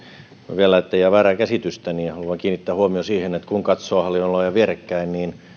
vielä ettei jää väärää käsitystä haluan kiinnittää huomion siihen että kun katsoo hallinnonaloja vierekkäin niin